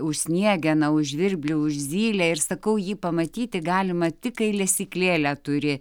nė už sniegeną už žvirblį už zylę ir sakau jį pamatyti galima tik kai lesyklėlę turi